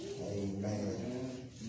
Amen